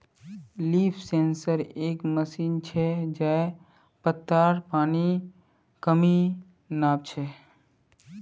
leaf sensor एक machine छ जे पत्तात पानीर कमी नाप छ